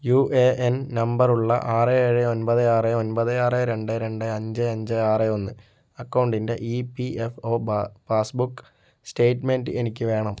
U A N നമ്പറുള്ള ആറ് ഏഴ് ഒൻപത് ആറ് ഒൻപത് ആറ് രണ്ട് രണ്ട് അഞ്ച് അഞ്ച് ആറ് ഒന്ന് അക്കൗണ്ടിൻ്റെ E P F O passbook statement എനിക്ക് വേണം